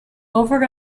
over